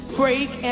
break